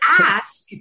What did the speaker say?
ask